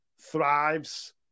thrives